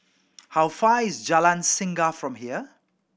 how far is Jalan Singa from here